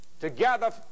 Together